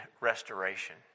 restoration